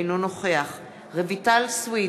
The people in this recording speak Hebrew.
אינו נוכח רויטל סויד,